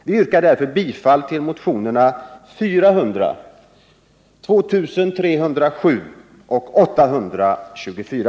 Jag yrkar därför bifall till motionerna 400, 2307 och 824.